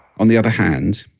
on the other hand,